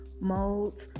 molds